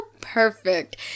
perfect